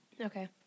Okay